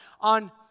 on